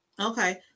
Okay